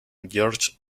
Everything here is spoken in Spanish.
george